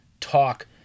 talk